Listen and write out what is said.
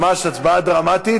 ממש הצבעה דרמטית,